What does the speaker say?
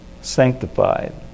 sanctified